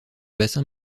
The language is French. bassin